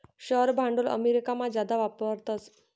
share भांडवल अमेरिकामा जादा वापरतस